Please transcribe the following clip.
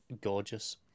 gorgeous